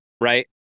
Right